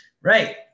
right